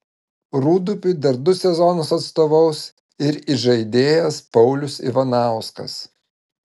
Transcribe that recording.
rūdupiui dar du sezonus atstovaus ir įžaidėjas paulius ivanauskas